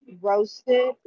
roasted